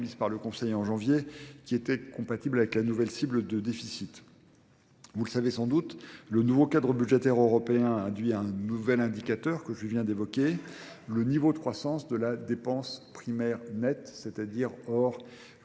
le nouveau cadre budgétaire européen induit à un nouvel indicateur que je viens d'évoquer, le niveau de croissance de la dépense primaire nette, c'est-à-dire hors coût